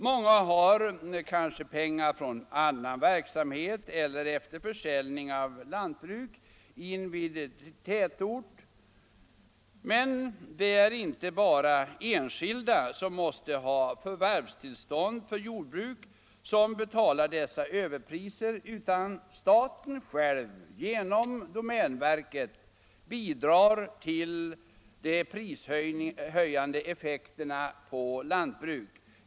Många har kanske pengar från annan verksamhet eller efter försäljning av lantbruk invid tätort. Men det är inte bara enskilda som måste ha förvärvstillstånd för ett jordbruksköp som betalar dessa överpriser, utan staten själv genom domänverket bidrar till de prishöjande effekterna på lantbruk.